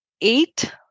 eight